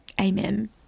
amen